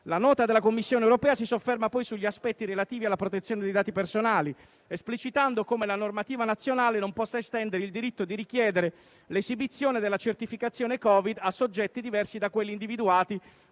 la nota della Commissione europea si sofferma poi sugli aspetti relativi alla protezione dei dati personali, esplicitando come la normativa nazionale non possa estendere il diritto di richiedere l'esibizione della certificazione Covid a soggetti diversi da quelli individuati